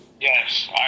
Yes